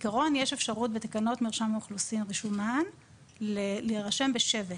כעקרון יש אפשרות בתקנות מרשם האוכלוסין רשומן להירשם בשבט.